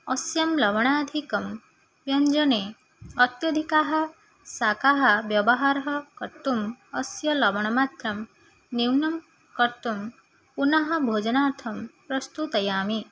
अस्यां लवणाधिकं व्यञ्जने अत्यधिकाः शाकाः व्यवहारः कर्तुम् अस्य लवणमात्रं न्यूनं कर्तुं पुनः भोजनार्थं प्रस्तुतयामि